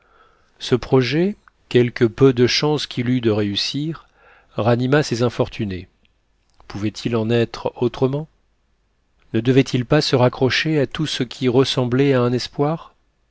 ce projet quelque peu de chances qu'il eût de réussir ranima ces infortunés pouvait-il en être autrement ne devaient-ils pas se raccrocher à tout ce qui ressemblait à un espoir